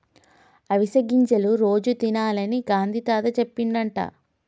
అవిసె గింజలు రోజు తినాలని గాంధీ తాత చెప్పిండట